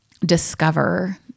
discover